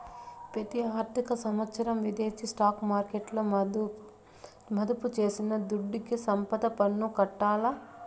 పెతి ఆర్థిక సంవత్సరం విదేశీ స్టాక్ మార్కెట్ల మదుపు చేసిన దుడ్డుకి సంపద పన్ను కట్టాల్ల